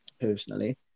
personally